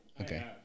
Okay